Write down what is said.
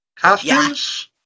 costumes